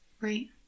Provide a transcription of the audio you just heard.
Right